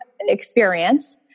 experience